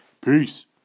Peace